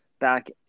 back